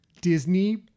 Disney